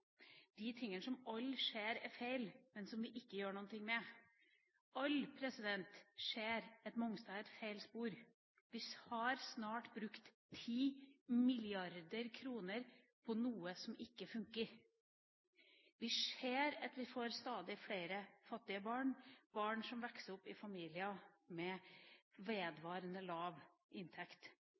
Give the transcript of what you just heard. de tingene alle ser er feil, men som vi ikke gjør noe med. Alle ser at Mongstad er et feil spor. Vi har snart brukt 10 mrd. kr på noe som ikke funker. Vi ser at vi får stadig flere fattige barn, barn som vokser opp i familier med vedvarende lav inntekt.